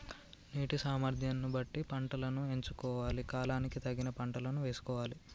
నీటి సామర్థ్యం ను బట్టి పంటలను ఎంచుకోవాలి, కాలానికి తగిన పంటలను యేసుకోవాలె